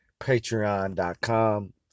patreon.com